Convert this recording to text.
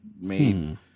made –